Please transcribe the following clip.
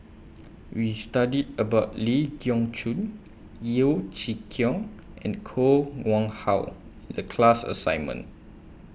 We studied about Ling Geok Choon Yeo Chee Kiong and Koh Nguang How The class assignment